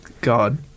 God